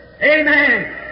Amen